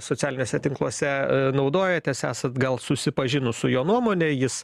socialiniuose tinkluose naudojates esat gal susipažinus su jo nuomone jis